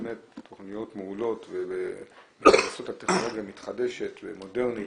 תכניות מעולות ובחסות הטכנולוגיה המתחדשת ומודרנית,